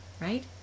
right